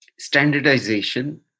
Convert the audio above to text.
Standardization